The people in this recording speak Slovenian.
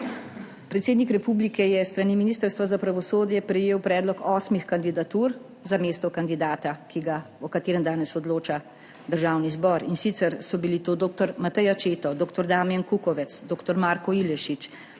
Predsednik republike je s strani Ministrstva za pravosodje prejel predlog osmih kandidatur za mesto kandidata, o katerem danes odloča Državni zbor, in sicer so bili to dr. Matej Accetto, dr. Damjan Kukovec, dr. Marko Ilešič,